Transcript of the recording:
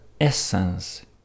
essence